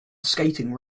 skating